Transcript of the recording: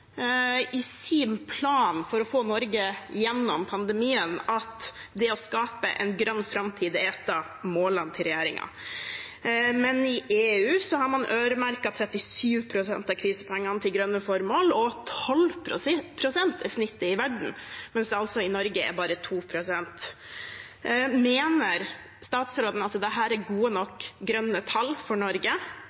i sin plan for å få Norge gjennom pandemien at det å skape en grønn framtid er et av målene til regjeringen. I EU har man øremerket 37 pst. av krisepengene til grønne formål, og 12 pst. er snittet i verden, mens det altså i Norge er bare 2 pst. Mener statsråden at dette er gode nok grønne tall for Norge?